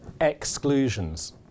exclusions